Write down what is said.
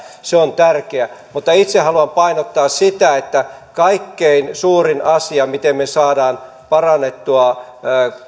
se on tärkeä mutta itse haluan painottaa sitä että kaikkein suurin asia jolla me saamme parannettua